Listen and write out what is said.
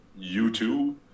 YouTube